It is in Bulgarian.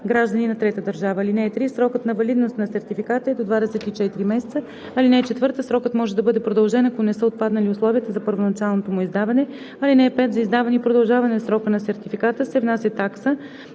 граждани на трета държава. (3) Срокът на валидност на сертификата е до 24 месеца. (4) Срокът може да бъде продължен, ако не са отпаднали условията за първоначалното му издаване. (5) За издаване и продължаване срока на сертификата се внася такса.